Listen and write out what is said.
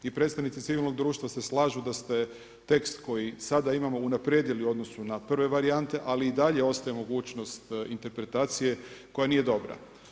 I predstavnici civilnog društva se slažu da ste tekst koji sada imamo unaprijedili u odnosu na prve varijante ali i dalje ostaje mogućnost interpretacije koja nije dobra.